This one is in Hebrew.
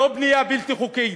לא בנייה בלתי חוקית,